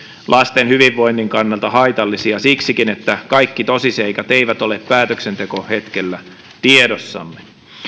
lasten hyvinvoinnin kannalta haitallisia siksikin että kaikki tosiseikat eivät ole päätöksentekohetkellä tiedossamme